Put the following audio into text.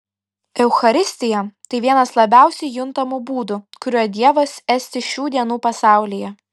eucharistija tai vienas labiausiai juntamų būdų kuriuo dievas esti šių dienų pasaulyje